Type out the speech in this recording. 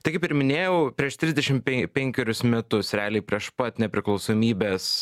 tai kaip ir minėjau prieš trisdešim penkerius metus realiai prieš pat nepriklausomybės